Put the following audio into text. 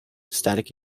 static